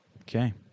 Okay